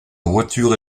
voiture